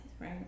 right